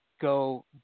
go